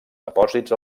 depòsits